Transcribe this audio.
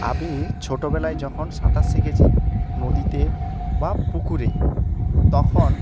আমি ছোটবেলায় যখন সাঁতার শিখেছি নদীতে বা পুকুরে তখন